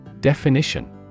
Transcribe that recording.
Definition